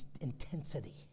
intensity